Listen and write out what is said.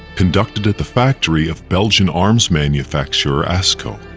conducted at the factory of belgian arms manufacturer asco.